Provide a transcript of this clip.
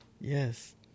Yes